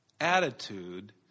attitude